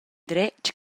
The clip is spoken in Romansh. dretg